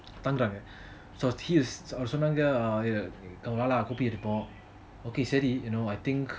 பண்றங்க அவங்க சொன்னாங்க கொஞ்ச நாள் அங்க பொய் இருப்போம்:panranga avanga sonanga konja naal anga poi irupom okay சேரி:seri so I think